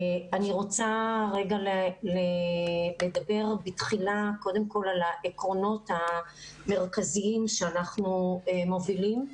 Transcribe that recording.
אני רוצה לדבר בתחילה על העקרונות המרכזיים שאנחנו מובילים.